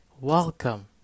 Welcome